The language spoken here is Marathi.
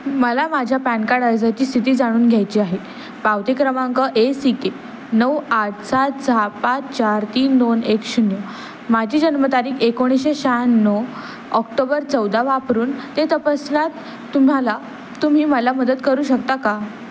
मला माझ्या पॅन काड अर्जाची स्थिती जाणून घ्यायची आहे पावती क्रमांक ए सी के नऊ आठ सात सहा पाच चार तीन दोन एक शून्य माजी जन्मतारीख एकोणीसशे शह्याण्णव ऑक्टोबर चौदा वापरून ते तपसण्यात तुम्हाला तुम्ही मला मदत करू शकता का